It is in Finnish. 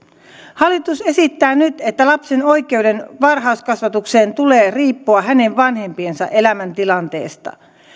hallitus esittää nyt että lapsen oikeuden varhaiskasvatukseen tulee riippua hänen vanhempiensa elämäntilanteesta